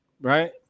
right